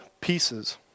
pieces